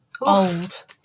Old